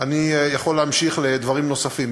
אני יכול להמשיך לדברים נוספים.